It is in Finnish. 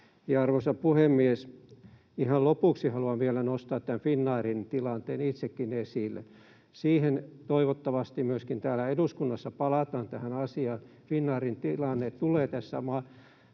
Arvoisa puhemies! Ihan lopuksi haluan vielä nostaa tämän Finnairin tilanteen itsekin esille. Tähän asiaan toivottavasti myöskin täällä eduskunnassa palataan. Finnairin tilanne tulee tässä